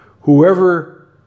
whoever